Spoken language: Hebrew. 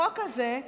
החוק הזה,